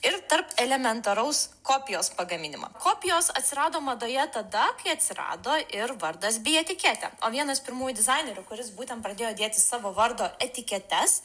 ir tarp elementaraus kopijos pagaminimo kopijos atsirado madoje tada kai atsirado ir vardas bei etiketė o vienas pirmųjų dizainerių kuris būtent pradėjo dėti savo vardo etiketes